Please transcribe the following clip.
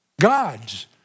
God's